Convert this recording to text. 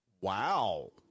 Wow